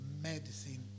medicine